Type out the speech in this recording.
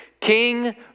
King